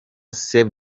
save